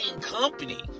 company